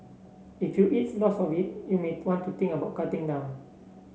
if you eats lots of it you may want to think about cutting down